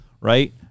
right